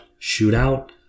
shootout